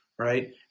Right